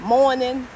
morning